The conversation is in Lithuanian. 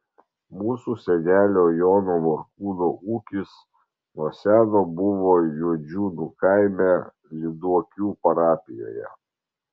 mūsų senelio jono morkūno ūkis nuo seno buvo juodžiūnų kaime lyduokių parapijoje